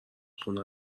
خونه